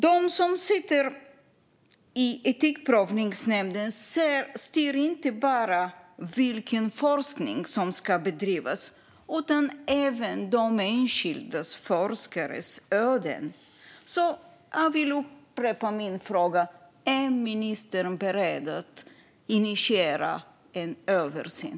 De som sitter i etikprövningsnämnden styr inte bara över vilken forskning som ska bedrivas utan även över enskilda forskares öden. Jag vill upprepa min fråga: Är ministern beredd att initiera en översyn?